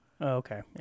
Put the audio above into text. Okay